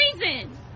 reason